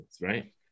right